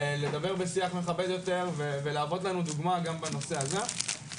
לדבר בשיח מכבד יותר ולהוות לנו דוגמה גם בנושא הזה.